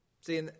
See